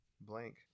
blank